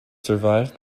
survived